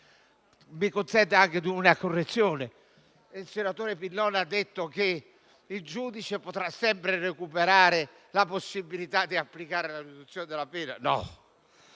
mi consenta una correzione. Il senatore Pillon ha detto che il giudice potrà sempre recuperare la possibilità di applicare la riduzione della pena. Non